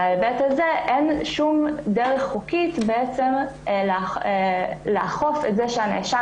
שבהיבט הזה אין כל דרך חוקית לאכוף את זה שהנאשם